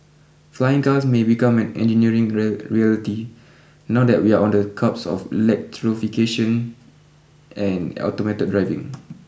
flying cars may become an engineering real reality now that we are on the cusp of electrification and automated driving